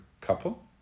couple